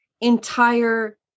entire